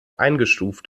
eingestuft